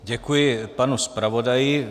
Děkuji panu zpravodaji.